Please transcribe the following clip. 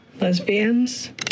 Lesbians